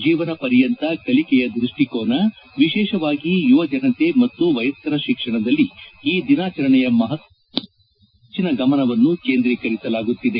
ಜೀವನ ಪರ್ಯಂತ ಕಲಿಕೆಯ ದೃಷ್ಟಿಕೋನ ವಿಶೇಷವಾಗಿ ಯುವಜನತೆ ಮತ್ತು ವಯಸ್ಕರ ತಿಕ್ಷಣದಲ್ಲಿ ಈ ದಿನಾಚರಣೆಯ ಮಪತ್ವ ಕುರಿತು ಹೆಚ್ಚನ ಗಮನವನ್ನು ಕೇಂದ್ರೀಕರಿಸಲಾಗುತ್ತಿದೆ